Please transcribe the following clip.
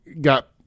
got